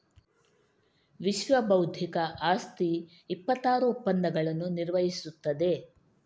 ವಿಶ್ವಬೌದ್ಧಿಕ ಆಸ್ತಿ ಇಪ್ಪತ್ತಾರು ಒಪ್ಪಂದಗಳನ್ನು ನಿರ್ವಹಿಸುತ್ತದೆ